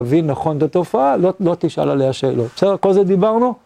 תבין נכון את התופעה, לא תשאל עליה שאלות. בסדר? כל זה דיברנו?